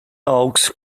oaks